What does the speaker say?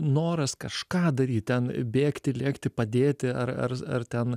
noras kažką daryt ten bėgti lėkti padėti ar ar ar ten